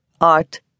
art